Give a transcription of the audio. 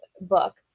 book